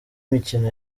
imikino